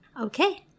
Okay